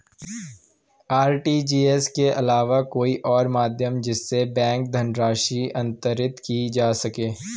RTGS के अलावा कोई और माध्यम जिससे बैंक धनराशि अंतरित की जा सके?